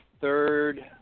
third